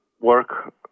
work